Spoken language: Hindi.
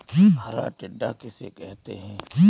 हरा टिड्डा किसे कहते हैं?